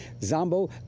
Zombo